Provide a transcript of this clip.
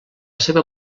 seva